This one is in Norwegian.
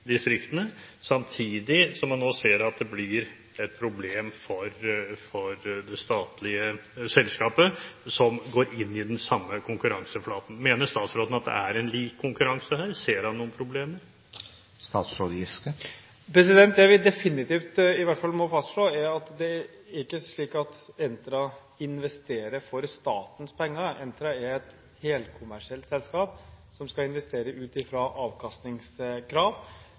distriktene, samtidig som man nå ser at det blir et problem for det statlige selskapet, som går inn i den samme konkurranseflaten. Mener statsråden at det er lik konkurranse her? Ser han noen problemer? Det vi definitivt i hvert fall må fastslå, er at det er ikke slik at Entra investerer for statens penger. Entra er et helkommersielt selskap, som skal investere ut fra avkastningskrav,